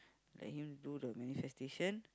let him do the manifestation